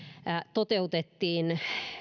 toteutettiin